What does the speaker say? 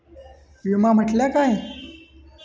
विमा म्हटल्या काय?